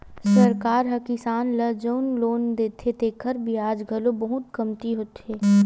सरकार ह किसान ल जउन लोन देथे तेखर बियाज घलो बहुते कमती होथे